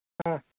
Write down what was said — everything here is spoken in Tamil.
ஆ